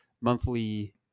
monthly